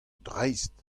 dreist